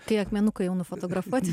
tie akmenukai jau nufotografuoti